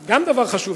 זה גם דבר חשוב,